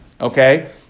Okay